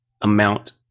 amount